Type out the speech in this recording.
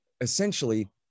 essentially